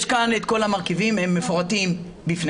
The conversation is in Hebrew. יש כאן את כל המרכיבים והם מפורטים בפניכם.